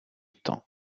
temps